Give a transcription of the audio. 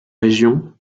région